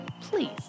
Please